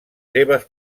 seves